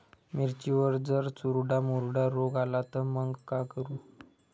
मिर्चीवर जर चुर्डा मुर्डा रोग आला त मंग का करू?